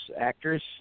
actors